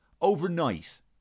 Overnight